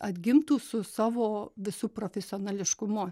atgimtų su savo visu profesionališkumu